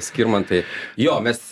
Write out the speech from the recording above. skirmantai jo mes